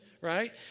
right